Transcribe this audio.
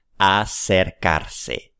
acercarse